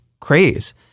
craze